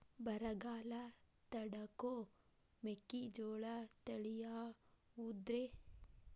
ಬರಗಾಲ ತಡಕೋ ಮೆಕ್ಕಿಜೋಳ ತಳಿಯಾವುದ್ರೇ?